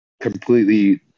completely